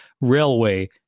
railway